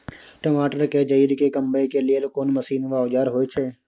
टमाटर के जईर के कमबै के लेल कोन मसीन व औजार होय छै?